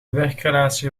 werkrelatie